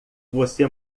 você